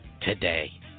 today